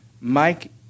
Mike